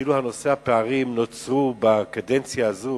כאילו נושא הפערים נוצר בקדנציה הזאת,